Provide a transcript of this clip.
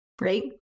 right